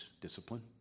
discipline